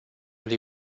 lui